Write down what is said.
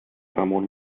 ramon